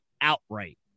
outright